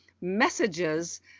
messages